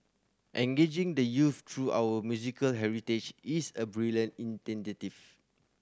engaging the youth through our musical heritage is a brilliant